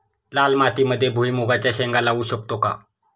लाल मातीमध्ये भुईमुगाच्या शेंगा लावू शकतो का?